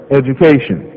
education